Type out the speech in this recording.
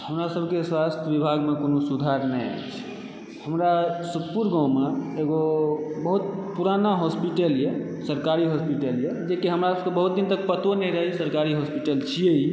हमरासभकेँ स्वास्थ्य विभागमे कोनो सुधार नहि अछि हमरा सुखपुर गाममऽ एगो बहुत पुराना हॉस्पिटल यऽ सरकारी हॉस्पिटल यऽ जेकि हमरासभकेँ बहुत दिन तक पतो नहि रहै कि सरकारी हॉस्पिटल छियै इ